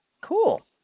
Cool